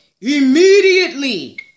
immediately